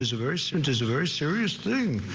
very so very serious thing.